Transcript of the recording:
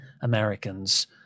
Americans